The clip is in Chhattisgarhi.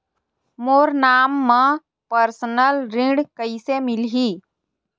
मोर नाम म परसनल ऋण कइसे मिलही?